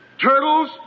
turtles